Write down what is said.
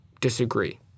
disagree